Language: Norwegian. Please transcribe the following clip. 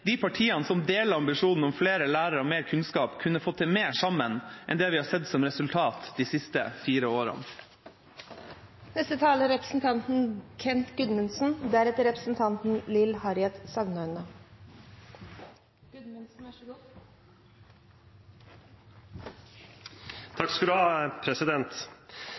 De partiene som deler ambisjonen om flere lærer og mer kunnskap, kunne fått til mer sammen enn det vi har sett som resultat de siste fire årene. Det er liten tvil om at representanten